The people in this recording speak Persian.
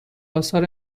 آثار